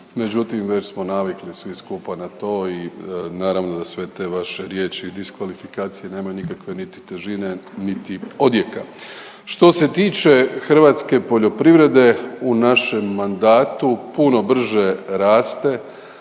međutim, već smo navikli svi skupa na to i naravno da sve te vaše riječi i diskvalifikacije nemaju nikakve niti težine niti odjeka. Što se tiče hrvatske poljoprivrede, u našem mandatu puno brže raste